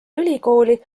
ülikooli